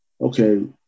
okay